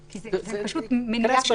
זה פשוט מנייה של